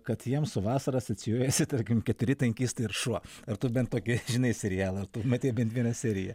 kad jiems vasara asocijuojasi tarkim keturi tankistai ir šuo ar tu bent tokį žinai serialą matei bent vieną seriją